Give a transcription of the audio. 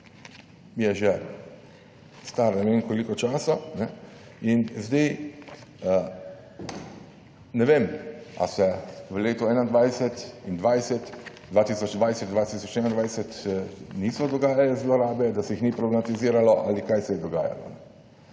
je že star ne vem koliko časa in zdaj ne vem, ali se v letu 2020, 2021 niso dogajale zlorabe, da se jih ni problematiziralo ali kaj se je dogajalo.